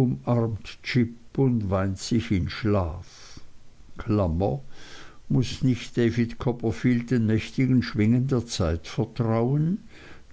umarmt j und weint sich in schlaf muß nicht d c den mächtigen schwingen der zeit vertrauen